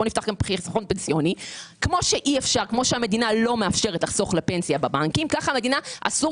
נפתח גם פנסיון פנסיוני - כמו שהמדינה לא מאפשרת זאת כך המדינה אסור